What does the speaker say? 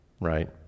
right